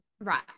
Right